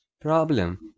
problem